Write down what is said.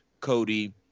Cody